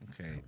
Okay